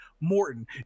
Morton